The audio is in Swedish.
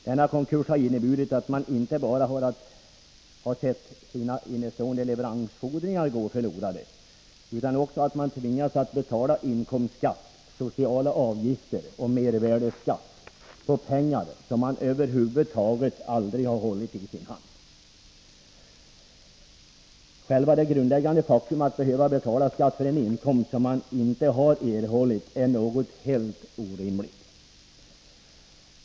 Denna konkurs har inneburit att man inte bara har sett sina innestående leveransfordringar gå förlorade utan också att man tvingas betala inkomstskatt, sociala avgifter och mervärdeskatt på pengar som man över huvud taget aldrig har hållit i sin hand. Själva det grundläggande faktum att behöva betala skatt för en inkomst som man inte har erhållit är något helt orimligt.